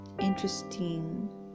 interesting